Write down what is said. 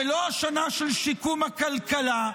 ולא השנה של שיקום הכלכלה,